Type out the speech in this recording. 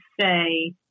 say